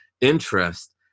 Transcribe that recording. interest